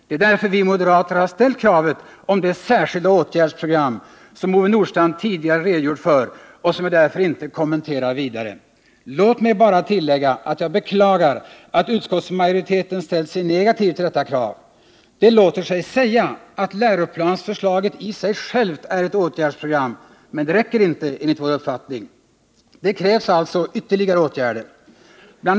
Det är därför vi moderater har fört fram kravet på det särskilda åtgärdsprogram som Ove Nordstrandh tidigare redogjort för och som jag därför inte kommenterar vidare. Låt mig bara tillägga att jag beklagar att utskottsmajoriteten ställt sig negativ till detta krav. Det låter sig sägas att läroplansförslaget i sig självt är ett åtgärdsprogram, men det räcker inte enligt vår uppfattning. Det krävs alltså ytterligare åtgärder. Bl.